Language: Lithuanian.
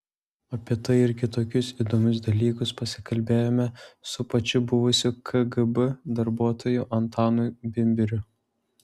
apie tai ir kitokius įdomius dalykus pasikalbėjome su pačiu buvusiu kgb darbuotoju antanu bimbiriu